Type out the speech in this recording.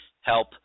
help